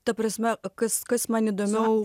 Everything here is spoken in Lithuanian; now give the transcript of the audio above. ta prasme kas kas man įdomiau